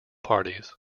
parties